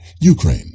Ukraine